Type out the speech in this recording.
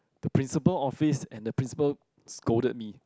the principal office and the principal scolded me